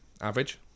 average